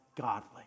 godly